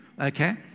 okay